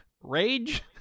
rage